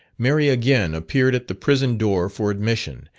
mary again appeared at the prison door for admission,